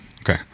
Okay